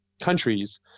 countries